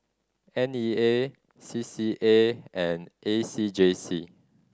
N E A C C A and A C J C